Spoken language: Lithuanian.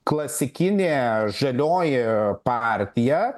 klasikinė žalioji partija